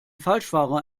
falschfahrer